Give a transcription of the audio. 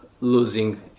losing